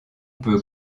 peut